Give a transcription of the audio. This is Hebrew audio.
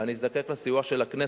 ואני אזדקק לסיוע של הכנסת,